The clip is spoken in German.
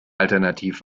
alternativ